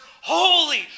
Holy